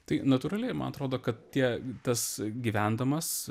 tai natūraliai ir man atrodo kad tie tas gyvendamas